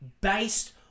based